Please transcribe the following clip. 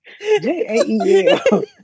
J-A-E-L